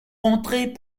rentrées